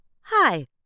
Hi